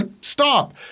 stop